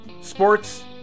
Sports